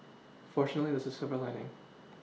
fortunately this is a silver lining